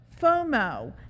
FOMO